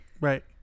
Right